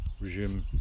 Resume